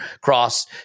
cross